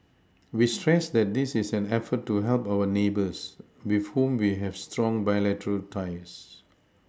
we stress that this is an effort to help our neighbours with whom we have strong bilateral ties